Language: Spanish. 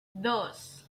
dos